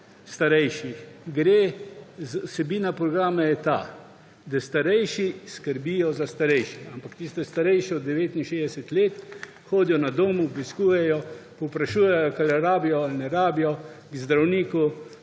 starejših. Vsebina programa je ta, da starejši skrbijo za starejše – ampak tiste, starejše od 69 let –, hodijo na dom, obiskujejo, povprašujejo, kaj rabijo ali ne rabijo, k zdravniku,